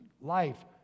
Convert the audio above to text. life